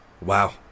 Wow